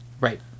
right